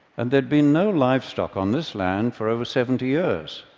and there'd been no livestock on this land for over seventy years.